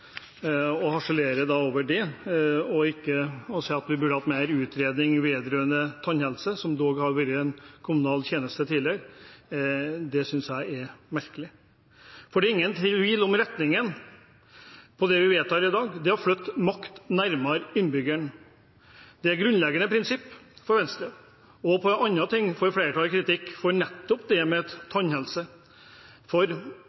og harselerer over det og sier at vi burde hatt mer utredning vedrørende tannhelse, som dog har vært en kommunal tjeneste tidligere, det synes jeg er merkelig. For det er ingen tvil om retningen på det vi vedtar i dag, det er å flytte makt nærmere innbyggeren. Det er et grunnleggende prinsipp for Venstre. Flertallet får kritikk for nettopp det med tannhelse, og for